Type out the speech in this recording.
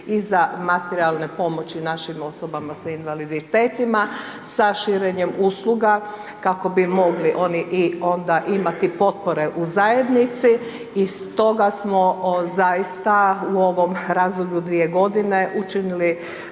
i za materijalne pomoći našim osobama sa invaliditetima, sa širenjem usluga kako bi mogli i onda imati potpore u zajednici i stoga smo zaista u ovom razdoblju dvije godine učinili